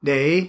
Day